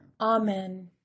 Amen